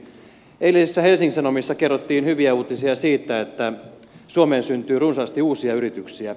eilisessä helsingin sanomissa kerrottiin hyviä uutisia siitä että suomeen syntyy runsaasti uusia yrityksiä